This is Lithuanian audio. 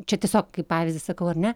čia tiesiog kaip pavyzdį sakau ar ne